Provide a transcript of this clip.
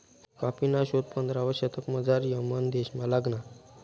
कॉफीना शोध पंधरावा शतकमझाऱ यमन देशमा लागना